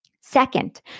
Second